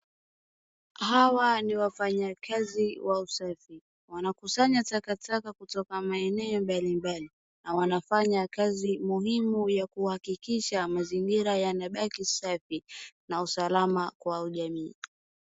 Hawa ni wafanyakazi wa usafi, wanakusanya takataka kutoka maeneo mbalimbali na wanafanya kazi muhimu ya kuhakikisha mazingira yanabaki safi na usalama kwa ujamii.